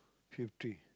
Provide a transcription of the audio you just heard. fifty